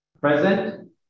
Present